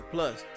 Plus